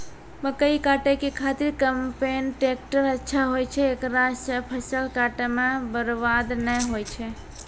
मकई काटै के खातिर कम्पेन टेकटर अच्छा होय छै ऐकरा से फसल काटै मे बरवाद नैय होय छै?